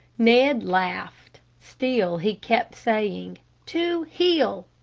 ned laughed still he kept saying to heel!